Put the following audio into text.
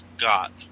got